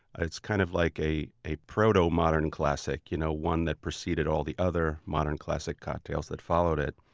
ah it's kind of like a a proto-modern classic, you know one that preceded all the other modern classic cocktails that followed it.